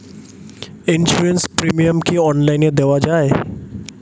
Insurance premium কি online দেওয়া যায়?